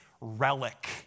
relic